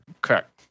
Correct